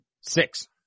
Six